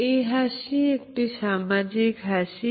এই হাসি একটি সামাজিক হাসি